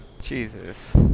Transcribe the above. Jesus